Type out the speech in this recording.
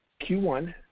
Q1